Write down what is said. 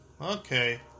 Okay